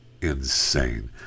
insane